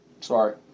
Sorry